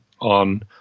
on